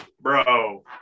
bro